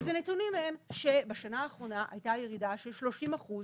אז הנתונים הם שבשנה האחרונה הייתה ירידה של 30 אחוז